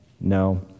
No